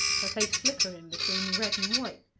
her face flickeren between red and white,